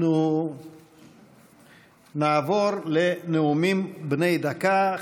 אנחנו נעבור לנאומים בני דקה.